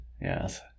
Yes